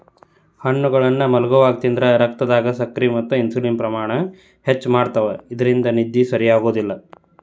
ಹಣ್ಣುಗಳನ್ನ ಮಲ್ಗೊವಾಗ ತಿಂದ್ರ ರಕ್ತದಾಗ ಸಕ್ಕರೆ ಮತ್ತ ಇನ್ಸುಲಿನ್ ಪ್ರಮಾಣ ಹೆಚ್ಚ್ ಮಾಡ್ತವಾ ಇದ್ರಿಂದ ನಿದ್ದಿ ಸರಿಯಾಗೋದಿಲ್ಲ